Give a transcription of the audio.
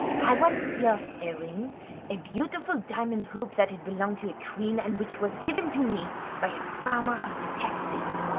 i once lost a ring a beautiful diamond hoop that had belonged to a queen, and which was given to me by a farmer of the taxes,